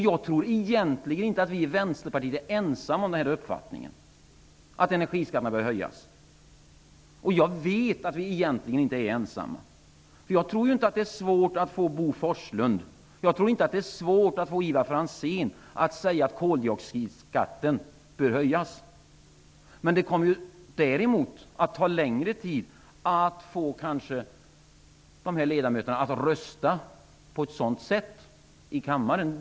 Jag vet att vi i Vänsterpartiet egentligen inte är ensamma om uppfattningen att energiskatten bör höjas. Jag tror inte att det är svårt att få Bo Forslund och Ivar Franzén att säga att koldioxidskatten bör höjas. Men däremot kan det ta längre tid att få dessa två ledamöter att rösta på ett sådant sätt i kammaren.